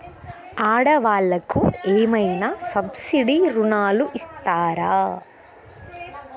ఆడ వాళ్ళకు ఏమైనా సబ్సిడీ రుణాలు ఇస్తారా?